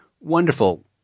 wonderful